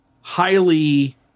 highly